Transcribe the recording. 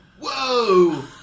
Whoa